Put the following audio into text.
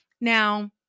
Now